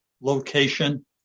location